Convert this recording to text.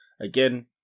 again